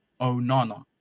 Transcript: Onana